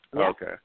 Okay